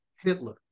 Hitler